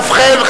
ובכן,